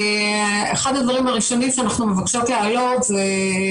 אחד הדברים שאנחנו מבקשות להעלות זה,